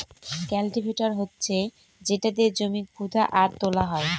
cultivator হচ্ছে যেটা দিয়ে জমি খুদা আর তোলা হয়